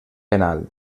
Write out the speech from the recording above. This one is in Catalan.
penal